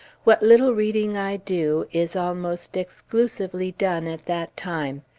what little reading i do, is almost exclusively done at that time.